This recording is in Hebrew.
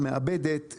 מעבדת,